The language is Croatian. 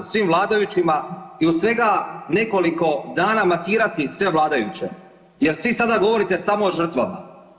svim vladajućima i u svega nekoliko dana matirati sve vladajuće jer svi sada govorite samo o žrtvama.